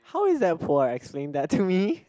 how is that poor explain that to me